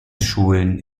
schulen